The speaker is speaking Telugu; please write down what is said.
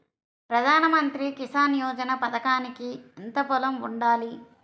ప్రధాన మంత్రి కిసాన్ యోజన పథకానికి ఎంత పొలం ఉండాలి?